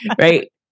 right